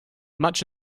much